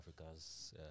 Africa's